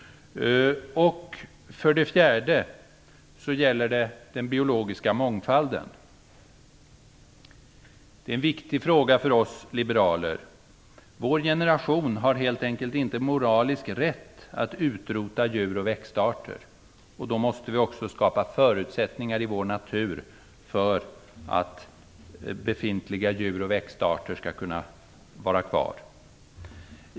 För det fjärde gäller det den biologiska mångfalden. Det är en viktig fråga för oss liberaler. Vår generation har helt enkelt inte moralisk rätt att utrota djuroch växtarter. Då måste vi också skapa förutsättningar i vår natur för att befintliga djur och växtarter skall kunna vara kvar.